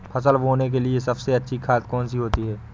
फसल बोने के लिए सबसे अच्छी खाद कौन सी होती है?